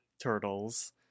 turtles